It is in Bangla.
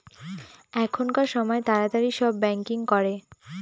এখনকার সময় তাড়াতাড়ি সব ব্যাঙ্কিং করে